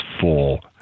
full